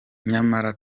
nyamara